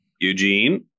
Eugene